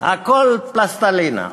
הכול פלסטלינה.